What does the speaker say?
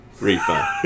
Refund